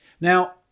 Now